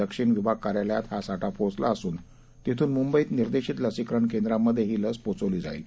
दक्षिणविभागकार्यालयातहासाठापोहोचलाअसूनतिथूनमुंबईतनिर्देशितलसीकरणकेंद्रांम ध्येहीलसपोहोचवलीजाईल